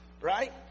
Right